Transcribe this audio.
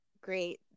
Great